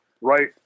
right